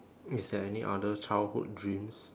is there any other childhood dreams